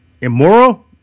Immoral